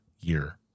year